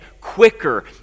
quicker